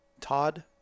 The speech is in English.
Todd